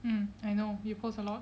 mm I know you post a lot